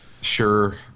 Sure